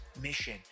mission